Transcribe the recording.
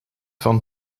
van